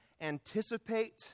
anticipate